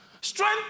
Strength